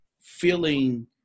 feeling